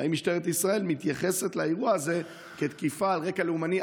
3. האם משטרת ישראל מתייחסת לאירוע הזה כתקיפה על רקע לאומני?